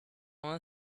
one